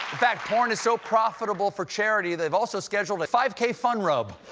fact, porn is so profitable for charity, they've also scheduled a five k fun rub.